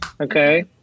okay